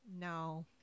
No